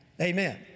Amen